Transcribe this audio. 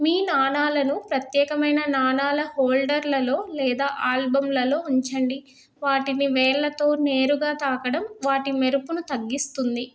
మీ నాణాలను ప్రత్యేకమైన నాణాల హోల్డర్లలో లేదా ఆల్బంలలో ఉంచండి వాటిని వేళ్ళతో నేరుగా తాకడం వాటి మెరుపును తగ్గిస్తుంది